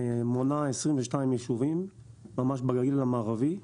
מונה 22 יישובים בגליל המערבי,